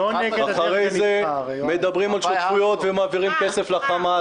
אחרי זה מדברים על שותפויות ומעבירים כסף לחמאס.